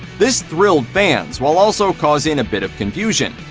this thrilled fans, while also causing a bit of confusion.